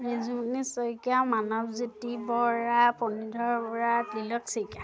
Rijumoni Saikia Manabjyoti Bora Punidhar Bora Tilak Saikia